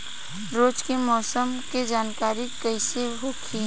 रोज के मौसम के जानकारी कइसे होखि?